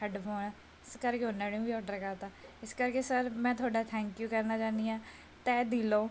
headphone ਇਸ ਕਰਕੇ ਉਹਨਾਂ ਨੇ ਵੀ ਔਡਰ ਕਰਤਾ ਇਸ ਕਰਕੇ ਸਰ ਮੈਂ ਤੁਹਾਡਾ ਥੈਂਕ ਯੂ ਕਰਨਾ ਚਾਹੁੰਦੀ ਹਾਂ ਤਹਿ ਦਿਲੋਂ